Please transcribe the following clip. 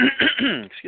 Excuse